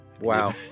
Wow